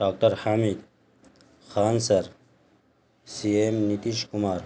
doctor Hamid Khan sir C M Nitish Kumar